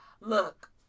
Look